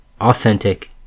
Authentic